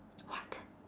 what